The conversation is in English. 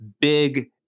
big